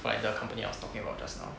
like the company I was talking about just now